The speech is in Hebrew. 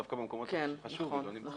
דווקא במקומות שחשוב שתהיה, היא לא נמצאת.